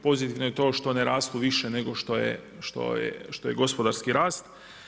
Pozitivno je to što ne rastu više nego što je gospodarski rast.